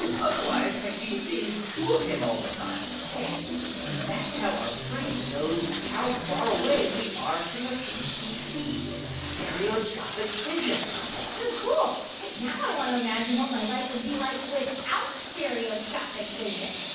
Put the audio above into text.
and otherwise, i'd be seeing two of him all the time and that's how our brain knows how far away we are from the things we see stereoscopic vision wow, that's so cool. hey, now i want to imagine what my life would be like without stereoscopic vision.